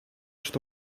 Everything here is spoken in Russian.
что